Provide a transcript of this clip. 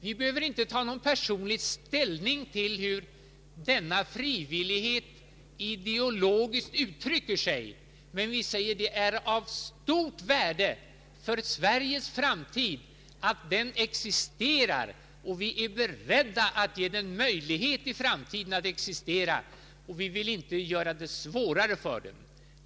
Vi behöver inte ta någon personlig ställning till hur denna frivillighet ideologiskt uttrycker sig, men vi säger att det är av stort värde för Sveriges framtid att den existerar, och vi är beredda att ge den möjlighet i framtiden att existera. Vi vill inte göra det svårare för den.